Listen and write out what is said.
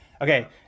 Okay